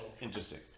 interesting